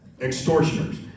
Extortioners